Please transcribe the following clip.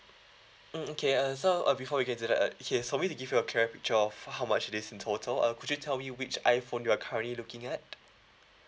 mm okay uh so uh before we get to that okay for me give you a clear picture of how much it is in total uh could you tell me which iphone you are currently looking at